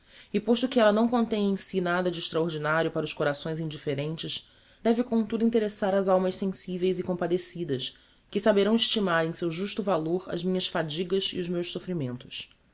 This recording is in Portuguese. e posto que ella não contenha em si nada de extraordinario para os corações indifferentes deve com tudo interessar as almas sensiveis e compadecidas que saberão estimar em seu justo valor as minhas fadigas e os meus soffrimentos